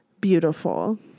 beautiful